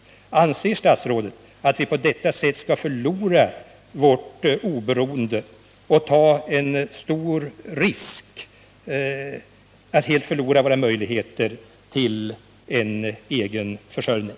Anser statsrådet att det är riktigt att genomföra en försäljning som kan komma att medföra att vi på detta område förlorar vårt oberoende och att vi tar en stor risk att helt förlora våra möjligheter att upprätthålla en egen försörjning?